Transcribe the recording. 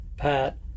Pat